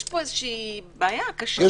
יש פה איזושהי בעיה קשה בעיני.